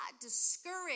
discouraged